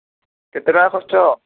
କେତେଟଙ୍କା ଖର୍ଚ୍ଚ ହେବ